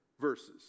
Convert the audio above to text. verses